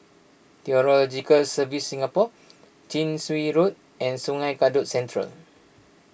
Meteorological Services Singapore Chin Swee Road and Sungei Kadut Central